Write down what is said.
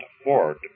afford